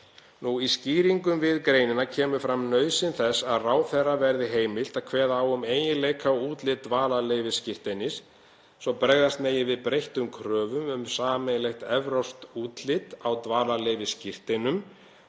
Í skýringum við greinina kemur fram nauðsyn þess að ráðherra verði heimilt að kveða á um eiginleika og útlit dvalarleyfisskírteinis svo bregðast megi við breyttum kröfum um sameiginlegt evrópskt útlit á dvalarleyfisskírteinum,